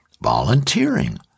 volunteering